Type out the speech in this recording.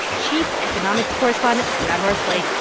chief economics correspondent scott horsley.